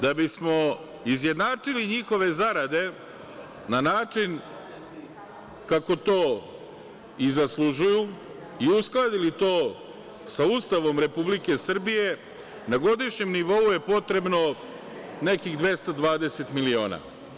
Da bismo izjednačili njihove zarade, na način kako to i zaslužuju i uskladili to sa Ustavom Republike Srbije, na godišnjem nivou je potrebno nekih 220 miliona.